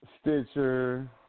Stitcher